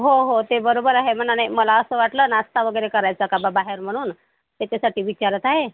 हो हो ते बरोबर आहे म्हणा नाही मला असं वाटलं नाश्ता वगैरे करायचा का बा बाहेर म्हणून त्याच्यासाठी विचारत आहे